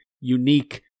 unique